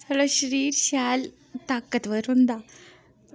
साढ़ा शरीर शैल ताकतबर होंदा